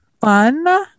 fun